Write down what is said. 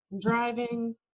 driving